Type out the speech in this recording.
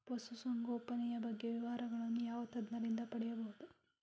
ಪಶುಸಂಗೋಪನೆಯ ಬಗ್ಗೆ ವಿವರಗಳನ್ನು ಯಾವ ತಜ್ಞರಿಂದ ಪಡೆಯಬಹುದು?